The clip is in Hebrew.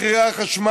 עליית מחירי החשמל,